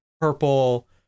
purple